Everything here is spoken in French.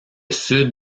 sud